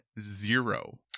Zero